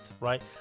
right